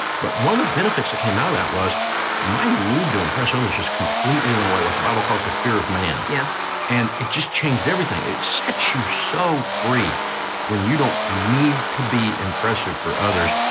but one of the benefits that came out of that was my need to impress others just completely went away, what the bible calls the fear of man. yeah and it just changed everything. it sets you so free when you don't need to be impressive for others.